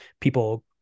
people